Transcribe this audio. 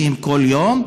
שהם כל יום,